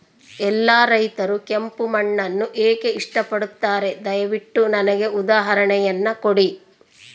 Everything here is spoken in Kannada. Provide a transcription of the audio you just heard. ಎಲ್ಲಾ ರೈತರು ಕೆಂಪು ಮಣ್ಣನ್ನು ಏಕೆ ಇಷ್ಟಪಡುತ್ತಾರೆ ದಯವಿಟ್ಟು ನನಗೆ ಉದಾಹರಣೆಯನ್ನ ಕೊಡಿ?